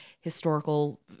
historical